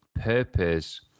purpose